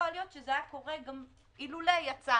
יכול להיות שזה היה קורה גם אילולא יצא